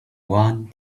one